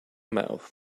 mouth